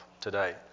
today